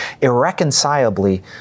irreconcilably